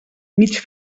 mig